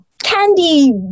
candy